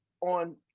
on